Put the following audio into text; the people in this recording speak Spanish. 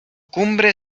cumbre